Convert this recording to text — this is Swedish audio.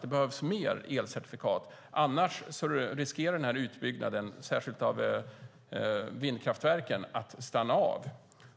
Det behövs mer elcertifikat, annars riskerar den här utbyggnaden, särskilt av vindkraftverken, att stanna av.